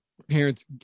parents